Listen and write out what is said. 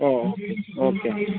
oh okay okay